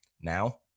now